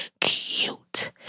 cute